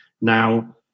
Now